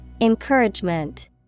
Encouragement